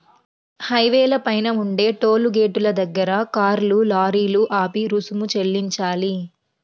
హైవేల పైన ఉండే టోలు గేటుల దగ్గర కార్లు, లారీలు ఆపి రుసుము చెల్లించాలి